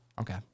Okay